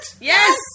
yes